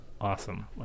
Awesome